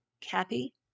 Kathy